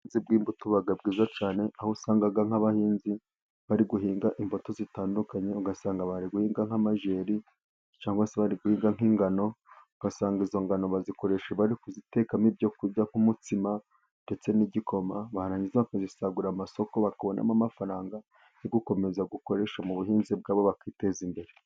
Ubuhinzi bw'imbuto buba bwiza cyane. Aho usanga nk'abahinzi bari guhinga imbuto zitandukanye, ugasanga bari guhinga nk'amajeri cyangwa se bari guhinga nk'ingano, ugasanga izo ngano bazikoresha bari kuzitekamo ibyo kurya nk'umutsima, ndetse n'igikoma barangiza bakazisagura amasoko bakabonamo amafaranga yo gukomeza gukoresha mu buhinzi bwabo bakiteza imbere.